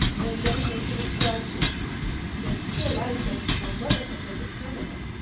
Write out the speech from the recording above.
and then when he described the poor life that my mother had led in canada,